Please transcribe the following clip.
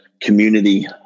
community